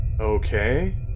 Okay